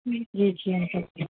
नी जी जी अंकल